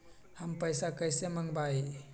हम पैसा कईसे मंगवाई?